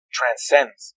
transcends